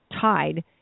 tied